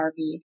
RV